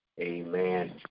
Amen